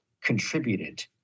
contributed